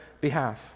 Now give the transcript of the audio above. behalf